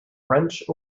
wrench